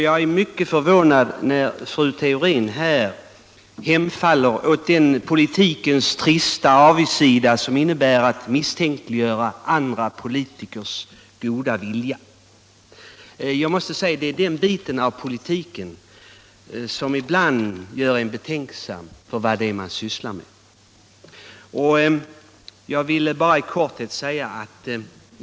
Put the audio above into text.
Jag är mycket förvånad när fru Theorin hemfaller åt den politikens trista avigsida som innebär att misstänkliggöra andra politikers goda vilja. Det är den sida av politiken som ibland gör en betänksam inför vad det är man sysslar med.